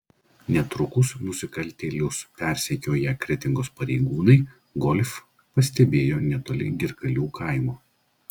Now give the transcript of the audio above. netrukus nusikaltėlius persekioję kretingos pareigūnai golf pastebėjo netoli girkalių kaimo